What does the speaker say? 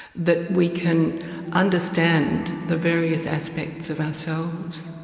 that we can understand the various aspects of ourselves,